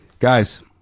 Guys